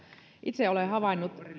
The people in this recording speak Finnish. itse